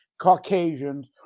Caucasians